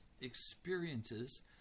experiences